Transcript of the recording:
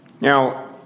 Now